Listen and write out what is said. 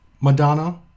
Madonna